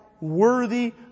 worthy